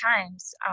times